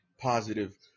positive